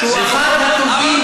חבר שלי ג'בארין,